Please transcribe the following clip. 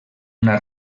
una